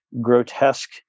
grotesque